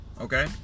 Okay